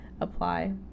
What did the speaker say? apply